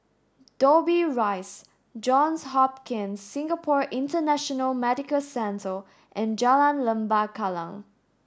Dobbie Rise Johns Hopkins Singapore International Medical Centre and Jalan Lembah Kallang